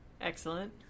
excellent